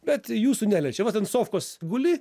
bet jūsų neliečia vat ant sofkos guli